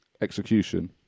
execution